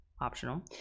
optional